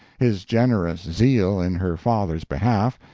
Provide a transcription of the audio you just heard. his generous zeal in her father's behalf,